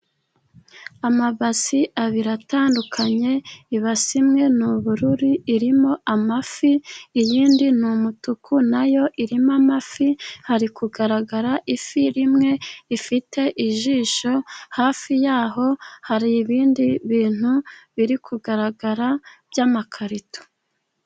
Amabase abiri atandukanye ibasi imwe n'ubururu irimo amafi, iyindi n'umutuku nayo irimo amafi hari kugaragara ifi rimwe ifite ijisho hafi yaho hari ibindi bintu biri kugaragara by'amakarito.